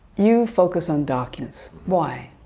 you focus on documents. why?